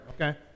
okay